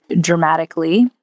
dramatically